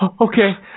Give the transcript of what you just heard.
Okay